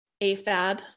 AFAB